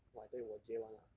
!wah! I tell 我 J one ah